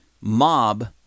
mob